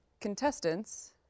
contestants